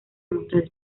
mostrar